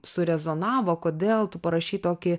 surezonavo kodėl tu parašei tokį